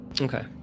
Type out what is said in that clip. Okay